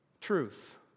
truth